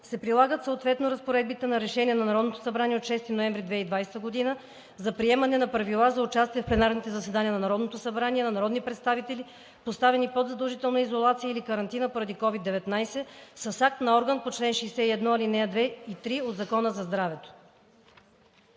се прилагат съответно разпоредбите на Решение на Народното събрание от 6 ноември 2020 г. за приемане на Правила за участие в пленарните заседания на Народното събрание на народни представители, поставени под задължителна изолация или карантина поради COVID-19, с акт на орган по чл. 61, ал. 2 и 3 от Закона за здравето.“